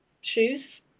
shoes